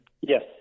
Yes